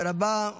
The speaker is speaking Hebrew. תודה רבה.